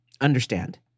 understand